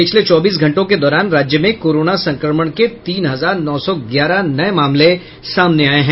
पिछले चौबीस घंटों के दौरान राज्य में कोरोना संक्रमण के तीन हजार नौ सौ ग्यारह नये मामले सामने आये हैं